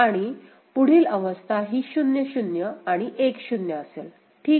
आणि पुढील अवस्था ही 0 0 आणि 1 0 असेल ठीक